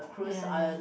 ya ya